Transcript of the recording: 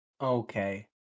Okay